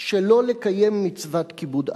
שלא לקיים מצוות כיבוד אב.